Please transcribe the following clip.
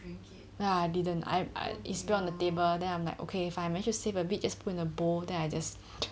ya I didn't I I is spill on the table then I'm like okay fine I manage to save a bit just put in a bowl then I just